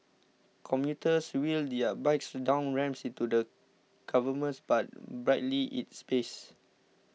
commuters wheel their bikes down ramps into the cavernous but brightly lit space